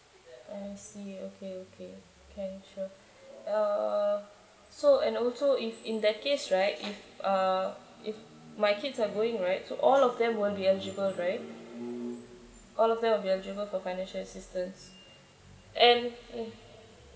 I see okay okay sure uh so and also if in that case right if uh if my kids are going right so all of them will be eligible right all of them will be eligible for financial assistance and